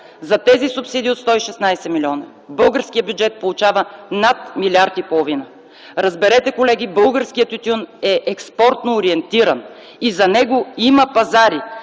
за тези субсидии от 116 милиона българският бюджет получава над милиард и половина. Разберете колеги, българският тютюн е експортно ориентиран и за него има пазари!